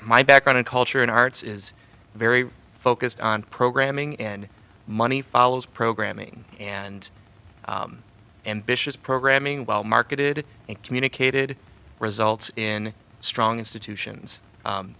my background in culture in arts is very focused on programming and money follows programming and ambitious programming while marketed and communicated results in strong institutions